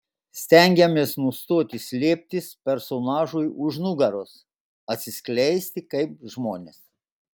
stengiamės nustoti slėptis personažui už nugaros atsiskleisti kaip žmonės